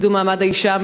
לקידום מעמד האישה,